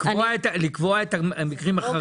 לקבוע את המקרים החריגים.